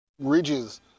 ridges